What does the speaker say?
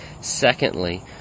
Secondly